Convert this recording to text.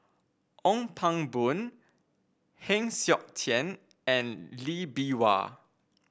Ong Pang Boon Heng Siok Tian and Lee Bee Wah